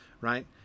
right